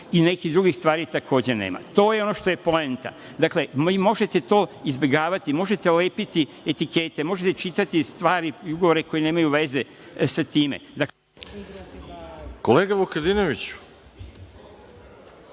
i nekih drugih stvari takođe nema. To je ono što je poenta. Dakle, vi možete to izbegavati, možete lepiti etikete, možete čitati stvari koje nemaju veze sa time. **Veroljub Arsić**